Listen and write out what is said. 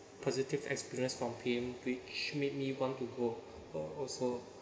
positive experience from him which made me want to go also